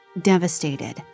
Devastated